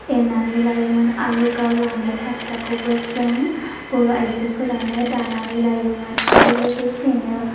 एरनानै लायोमोन आरो गाव लानाय फास्राखौबो जों बर' आइजोफोरानो दानानै लायोमोन आरो लोगोसेनो